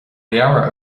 leabhar